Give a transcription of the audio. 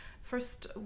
First